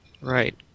Right